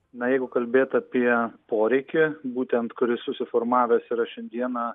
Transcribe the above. na jeigu kalbėt apie poreikį būtent kuris susiformavęs yra šiandieną